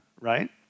right